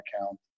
account